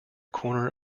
corner